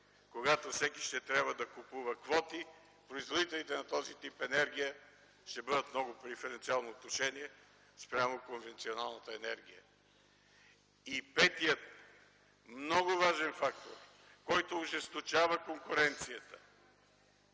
когато всеки ще трябва да купува квоти, производителите на този тип енергия ще бъдат много в преференциално отношение, спрямо конвенционалната енергия. Петият, много важен фактор, който ожесточава конкуренцията